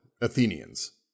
Athenians